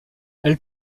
elle